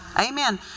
Amen